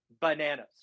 bananas